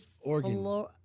Oregon